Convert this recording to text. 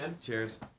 Cheers